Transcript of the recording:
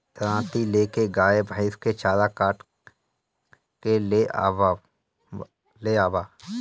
दराँती ले के गाय भईस के चारा काट के ले आवअ